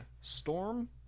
Storm